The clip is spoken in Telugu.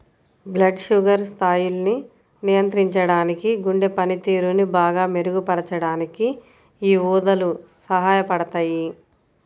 బ్లడ్ షుగర్ స్థాయిల్ని నియంత్రించడానికి, గుండె పనితీరుని బాగా మెరుగుపరచడానికి యీ ఊదలు సహాయపడతయ్యి